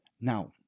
now